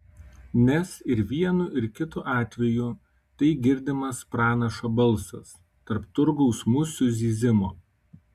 nes ir vienu ir kitu atveju tai girdimas pranašo balsas tarp turgaus musių zyzimo